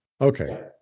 Okay